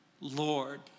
Lord